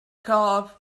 cof